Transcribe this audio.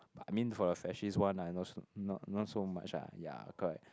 I mean for the one lah not not not so much ah yea correct